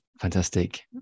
Fantastic